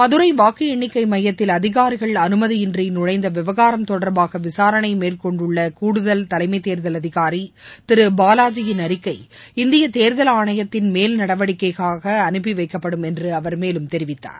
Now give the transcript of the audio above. மதுரை வாக்கு எண்ணிக்கை மையத்தில் அதிகாரிகள் அனுமதியின்றி நுழைந்த விவகாரம் தொடர்பாக விசாரணை மேற்கொண்டுள்ள கூடுதல் தலைமைத் தேர்தல் அதிகாரி திரு பாவாஜியின் அறிக்கை இந்திய தேர்தல் ஆணையத்தின் மேல் நடவடிக்கைக்காக அனுப்பி வைக்கப்படும் என்று அவர் மேலும் தெரிவித்தார்